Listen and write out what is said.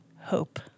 Hope